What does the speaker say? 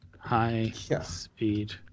High-speed